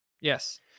Yes